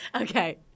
Okay